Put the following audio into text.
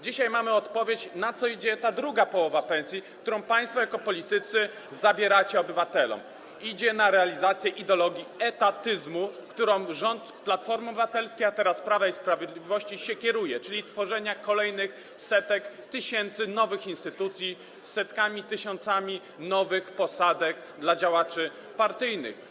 Dzisiaj mamy odpowiedź, na co idzie ta druga połowa pensji, którą państwo jako politycy zabieracie obywatelom - idzie na realizację ideologii etatyzmu, którą kierował się rząd Platformy Obywatelskiej, a teraz kieruje się rząd Prawa i Sprawiedliwości, czyli na tworzenie kolejnych setek, tysięcy nowych instytucji, z setkami, tysiącami nowych posadek dla działaczy partyjnych.